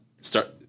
start